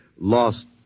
lost